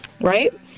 right